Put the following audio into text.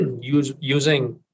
using